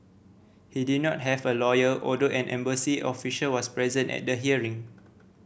he did not have a lawyer although an embassy official was present at the hearing